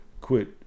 quit